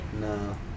no